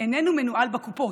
איננו מנוהל בקופות,